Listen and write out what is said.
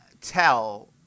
tell